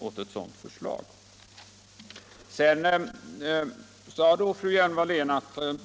Objektiviteten, sade fru Hjelm-Wallén, är någonting